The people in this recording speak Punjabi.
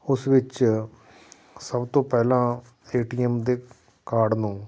ਉਸ ਵਿੱਚ ਸਭ ਤੋਂ ਪਹਿਲਾਂ ਏਟੀਐੱਮ ਦੇ ਕਾਰਡ ਨੂੰ